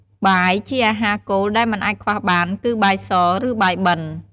បាយ ជាអាហារគោលដែលមិនអាចខ្វះបាន គឺបាយស ឬ បាយបិណ្ឌ។